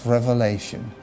Revelation